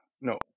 no